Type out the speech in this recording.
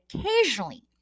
occasionally